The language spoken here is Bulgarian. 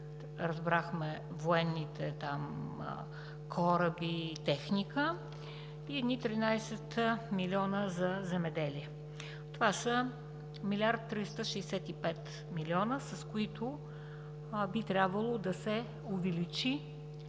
разбрахме, военните кораби и техника и едни 13 милиона за земеделие. Това са 1 млрд. 365 млн. лв., с които би трябвало да се увеличи